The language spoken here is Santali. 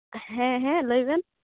ᱦᱮᱸ ᱦᱮᱸ ᱞᱟᱹᱭ ᱵᱮᱱ